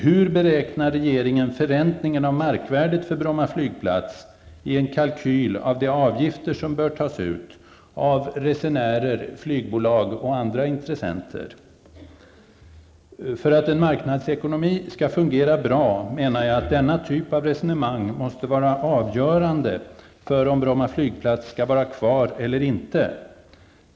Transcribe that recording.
Hur beräknar regeringen förräntningen av markvärdet för Bromma flygplats i en kalkyl över de avgifter som bör tas ut av resenärer, flygbolag och andra intressenter? För att en marknadsekonomi skall fungera bra menar jag att denna typ av resonemang måste få vara avgörande för om Bromma flygplats skall vara kvar eller inte.